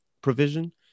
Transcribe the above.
provision